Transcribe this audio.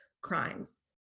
crimes